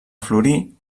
florir